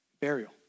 burial